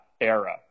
era